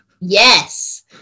Yes